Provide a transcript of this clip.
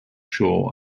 shore